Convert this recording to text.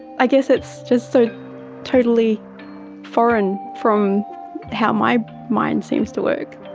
i guess it's just so totally foreign from how my mind seems to work.